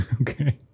Okay